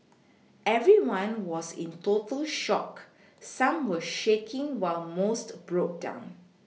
everyone was in total shock some were shaking while most broke down